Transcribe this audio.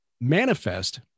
manifest